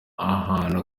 ahantu